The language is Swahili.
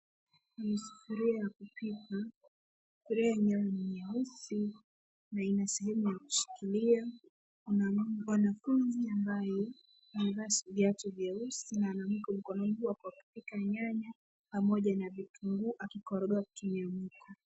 Ni sufuria ya kupika. Sufuria yenyewe ni nyeusi na ina sehemu ya kushikilia. Mwanafunzi ambaye amevaa viatu vyeusi na ana mwiko mkononi wa kupika nyanya pamoja na kitunguu, akikoroga kwa kutumia mwiko.